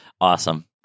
Awesome